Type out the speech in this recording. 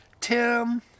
Tim